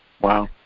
Wow